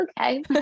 okay